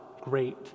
great